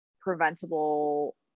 preventable